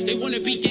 want to